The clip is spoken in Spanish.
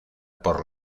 por